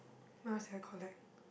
what else did I collect